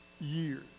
years